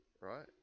right